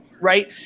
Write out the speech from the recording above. right